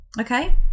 okay